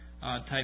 type